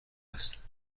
است